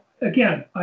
again